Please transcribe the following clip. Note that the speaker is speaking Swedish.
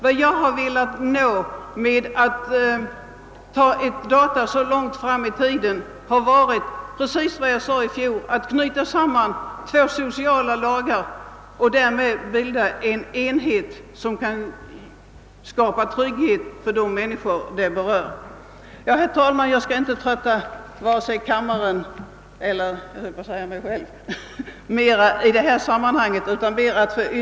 Vad jag velat uppnå med att välja ett år så långt fram i tiden har varit detsamma som i fjol, nämligen att knyta samman två sociala lagar och därmed bilda en enhet som kan skapa trygghet för vederbörande. Herr talman! Jag skall inte trötta kammarens ledamöter mera i detta sammanhang — och inte heller mig själv!